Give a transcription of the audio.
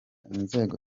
inzego